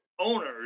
owners